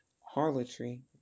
harlotry